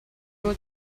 aux